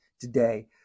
today